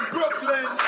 Brooklyn